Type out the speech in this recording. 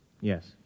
Yes